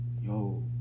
yo